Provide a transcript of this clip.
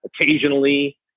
Occasionally